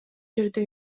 жерде